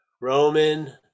Roman